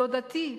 דודתי,